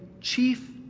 chief